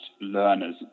learners